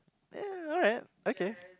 ya alright okay